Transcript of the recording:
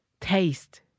taste